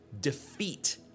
Defeat